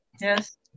Yes